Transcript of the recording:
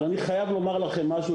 אני חייב לומר לכם משהו,